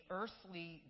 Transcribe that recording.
earthly